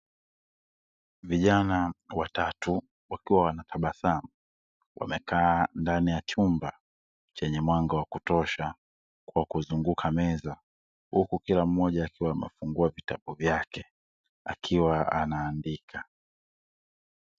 Vijana watatu wakiwa wanatabasamu wamekaa ndani ya chumba chenye mwanga wa kutosha kwa kuzunguka meza, huku kila mmoja akiwa amaefungua vitabu vyake akiwa anaandika.